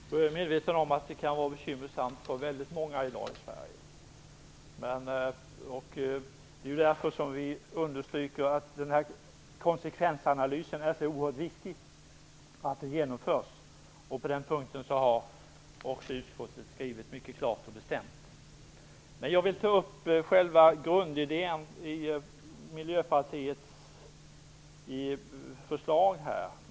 Fru talman! Jag är medveten om att det kan vara bekymmersamt för många i Sverige i dag. Det är därför vi understryker att det är så viktigt att den här konsekvensanalysen genomförs. På den punkten har utskottet en mycket klar och bestämd skrivning. Jag vill ändå ta upp själva grundidén i Miljöpartiets förslag.